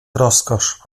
rozkosz